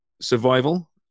survival